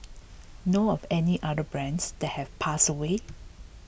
know of any other brands that have passed away